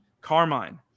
Carmine